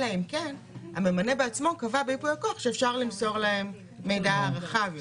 אלא אם כן הממנה בעצמו קבע בייפוי הכוח שאפשר למסור להם מידע רחב יותר.